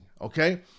Okay